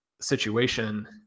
situation